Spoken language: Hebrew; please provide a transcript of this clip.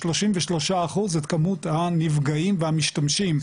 ב-33 אחוז את כמות הנפגעים והמשתמשים,